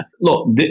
Look